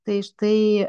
tai štai